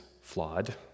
flawed